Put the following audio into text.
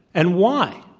and why?